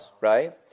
right